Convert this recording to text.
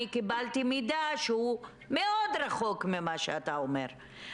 אני קיבלתי מידע שהוא מאוד רחוק ממה שאתה אומר.